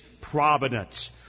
providence